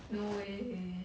no way eh